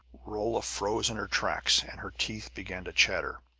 rolla froze in her tracks, and her teeth began to chatter.